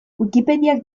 wikipediak